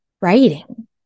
writing